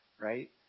right